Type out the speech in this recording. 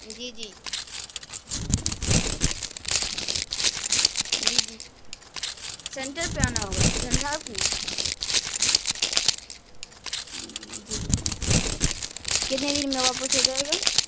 جی جی جی جی سینٹر پہ آنا ہوگا جھنجھار پور جی کتنے دیر میں واپس ہو جائے گا